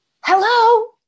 hello